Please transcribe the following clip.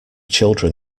children